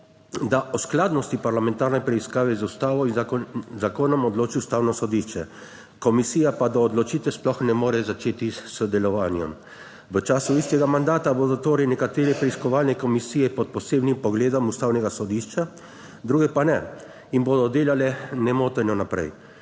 da o skladnosti parlamentarne preiskave z ustavo in zakonom odloči Ustavno sodišče, komisija pa do odločitve sploh ne more začeti s sodelovanjem. V času istega mandata bodo torej nekatere preiskovalne komisije pod posebnim pogledom Ustavnega sodišča, druge pa ne in bodo delale nemoteno naprej.